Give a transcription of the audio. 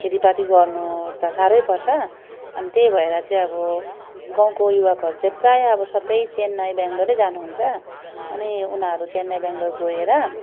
खेतीपाती गर्नु त साह्रै पर्छ अनि त्यही भएर चाहिँ अब गाउँको युवकहरू चाहिँ प्रायः अब सबै चेन्नई बेङ्गलोरै जानुहुन्छ अनि उनीहरू चेन्नई बेङ्गलोर गएर